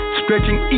stretching